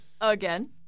again